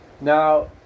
Now